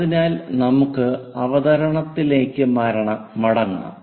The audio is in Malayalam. അതിനാൽ നമുക്ക് അവതരണത്തിലേക്ക് മടങ്ങാം